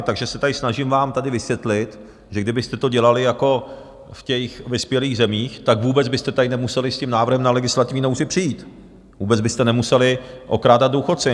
Takže se snažím vám tady vysvětlit, že kdybyste to dělali jako v těch vyspělých zemích, tak vůbec byste tady nemuseli s tím návrhem na legislativní nouzi přijít, vůbec byste nemuseli okrádat důchodce.